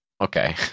Okay